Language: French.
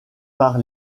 par